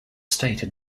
stated